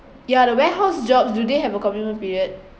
ya the warehouse jobs do they have a commitment period